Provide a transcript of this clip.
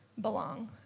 belong